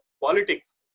politics